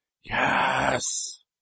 Yes